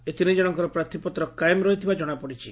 ଏହି ତିନିଜଶଙ୍କ ପ୍ରାର୍ଥିପତ୍ର କାଏମ ରହିଥିବା ଜଶାପଡିଛି